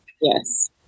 yes